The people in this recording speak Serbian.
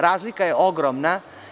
Razlika je ogromna.